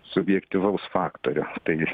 subjektyvaus faktorio tai